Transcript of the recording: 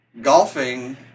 golfing